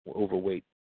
overweight